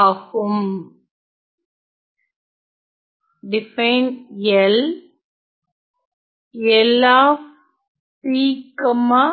ஆகும்